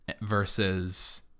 versus